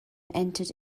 entered